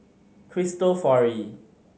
cristofori